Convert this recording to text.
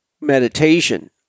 meditation